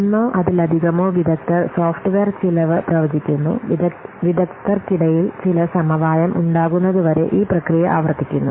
ഒന്നോ അതിലധികമോ വിദഗ്ധർ സോഫ്റ്റ്വെയർ ചെലവ് പ്രവചിക്കുന്നു വിദഗ്ദ്ധർക്കിടയിൽ ചില സമവായം ഉണ്ടാകുന്നതുവരെ ഈ പ്രക്രിയ ആവർത്തിക്കുന്നു